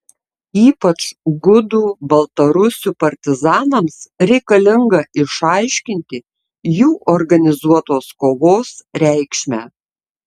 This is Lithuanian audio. ypač gudų baltarusių partizanams reikalinga išaiškinti jų organizuotos kovos reikšmę